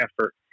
effort